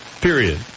Period